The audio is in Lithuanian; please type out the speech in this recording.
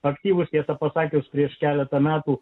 aktyvūs tiesą pasakius prieš keletą metų